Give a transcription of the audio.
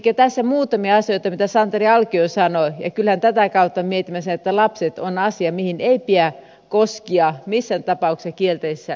elikkä tässä muutamia asioita mitä santeri alkio sanoi ja kyllähän tätä kautta mietimme että lapset ovat asia mihin ei pidä koskea missään tapauksessa kielteisessä mielessä